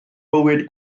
bywyd